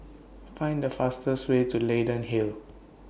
Find The fastest Way to Leyden Hill